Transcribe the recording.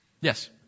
Yes